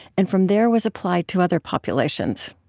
and from there was applied to other populations.